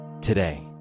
today